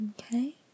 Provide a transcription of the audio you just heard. okay